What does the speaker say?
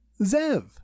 Zev